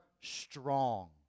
strong